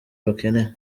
bakeneye